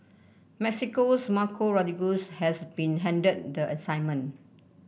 Mexico's Marco Rodriguez has been handed the assignment